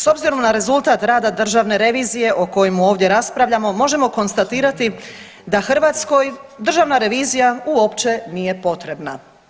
S obzirom na rezultat rada Državne revizije o kojemu ovdje raspravljamo, možemo konstatirati da Hrvatskoj Državna revizija uopće nije potrebna.